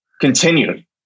Continued